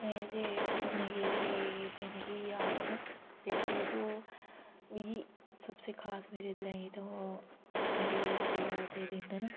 मैं घुमने गेदी ही जेह्डे मिगी याद न ते अदु मिगी सबसे खास मेरे लेई ते ओ मेरे स्कुला दे पेपर